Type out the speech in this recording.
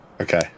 Okay